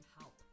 help